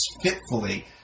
fitfully